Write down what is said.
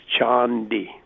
Chandi